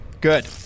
good